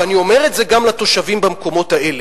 ואני אומר את זה גם לתושבים במקומות האלה.